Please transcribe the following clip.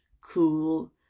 cool